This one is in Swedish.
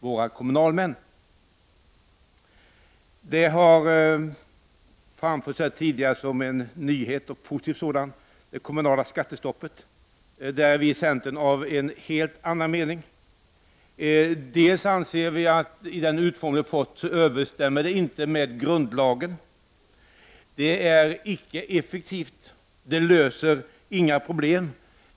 Det kommunala skattestoppet har tidigare här anförts som en positiv nyhet, men centern har en helt annan mening. Med den utformning som det har fått överensstämmer det inte med grundlagen. Det är icke effektivt. Det löser inga problem.